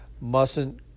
mustn't